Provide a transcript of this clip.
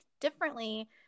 differently